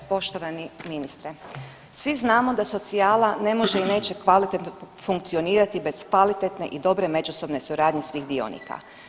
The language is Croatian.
Poštovani ministre, svi znamo da socijala ne može i neće kvalitetno funkcionirati bez kvalitetne i dobre međusobne suradnje svih dionika.